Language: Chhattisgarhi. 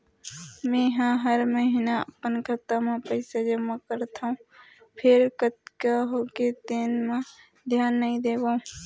मेंहा हर महिना अपन खाता म पइसा जमा करथँव फेर कतका होगे तेन म धियान नइ देवँव